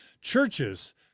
churches